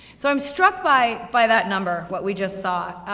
so i'm struck by by that number, what we just saw.